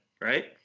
right